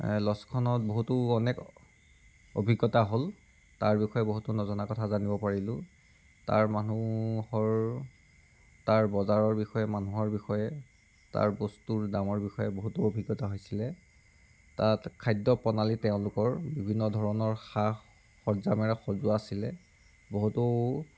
লজখন বহুতো অনেক অভিজ্ঞতা হ'ল তাৰ বিষয়ে বহুতো নজনা কথা জানিব পাৰিলোঁ তাৰ মানুহৰ তাৰ বজাৰৰ বিষয়ে মানুহৰ বিষয়ে তাৰ বস্তুৰ দামৰ বিষয়ে বহুতো অভিজ্ঞতা হৈছিল তাত খাদ্য প্ৰণালী তেওঁলোকৰ বিভিন্ন ধৰণৰ সা সজ্যামেৰে সজোৱা আছিল বহুতো